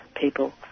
people